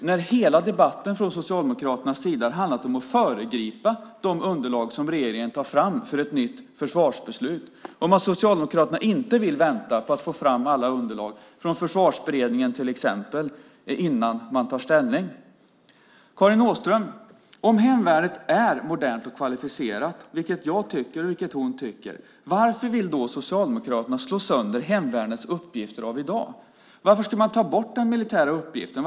Från Socialdemokraternas sida har ju hela debatten handlat om att föregripa de underlag som regeringen tar fram för ett nytt försvarsbeslut. Det har handlat om att Socialdemokraterna inte vill vänta på att få fram allt underlag från Försvarsberedningen till exempel innan man tar ställning. Om hemvärnet är modernt och kvalificerat, vilket jag och Karin Åström tycker, varför vill då Socialdemokraterna slå sönder hemvärnets uppgifter av i dag? Varför ska man ta bort den militära uppgiften?